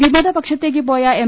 വിമതപക്ഷത്തേക്ക് പോയ എം